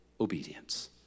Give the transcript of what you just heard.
obedience